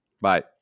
bye